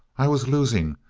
i was losing.